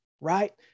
right